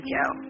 Joe